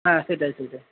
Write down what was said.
হ্যাঁ সেটাই সেটাই